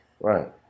Right